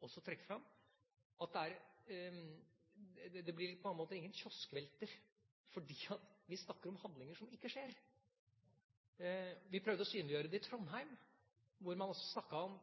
også trekker fram: Det blir på mange måter ingen kioskvelter, fordi vi snakker om handlinger som ikke skjer. Vi prøvde å synliggjøre det i Trondheim, hvor man